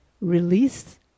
release